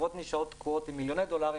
החברות נשארות תקועות עם מיליוני דולרים